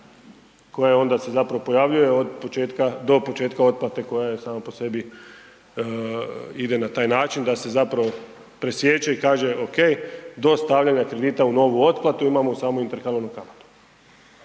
koja se onda pojavljuje do početka otplate koja je sama po sebi ide na taj način da se presječe i kaže ok, do stavljanja kredita u novu otplatu, imamo samo interalarnu kamatu